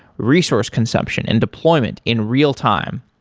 resource consumption and deployment in real time.